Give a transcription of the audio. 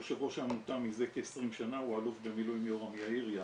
יושב ראש העמותה מזה כ-20 שנה הוא האלוף במילואים יורם יאיר יאיא.